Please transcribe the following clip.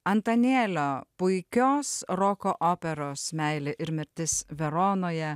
antanėlio puikios roko operos meilė ir mirtis veronoje